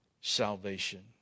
salvation